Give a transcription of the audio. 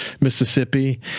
Mississippi